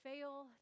fail